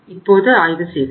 இப்போது ஆய்வு செய்வோம்